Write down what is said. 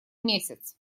месяц